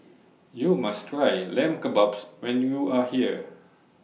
YOU must Try Lamb Kebabs when YOU Are here